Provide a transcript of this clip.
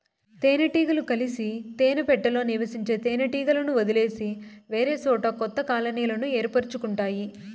తేనె టీగలు కలిసి తేనె పెట్టలో నివసించే తేనె టీగలను వదిలేసి వేరేసోట కొత్త కాలనీలను ఏర్పరుచుకుంటాయి